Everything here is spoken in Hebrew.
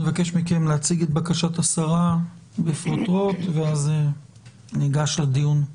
נבקש מכם להציג את בקשת השרה בפרוטרוט ואז ניגש לדיון.